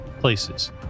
places